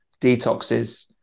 detoxes